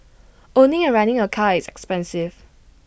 owning and running A car is expensive